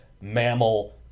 mammal